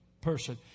person